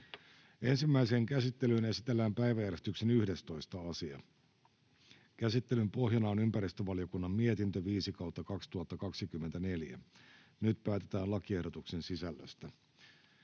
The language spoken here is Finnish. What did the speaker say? Ensimmäiseen käsittelyyn esitellään päiväjärjestyksen 10. asia. Käsittelyn pohjana on lakivaliokunnan mietintö LaVM 5/2024 vp. Nyt päätetään lakiehdotusten sisällöstä.